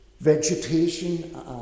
vegetation